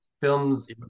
Films